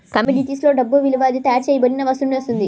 కమోడిటీస్లో డబ్బు విలువ అది తయారు చేయబడిన వస్తువు నుండి వస్తుంది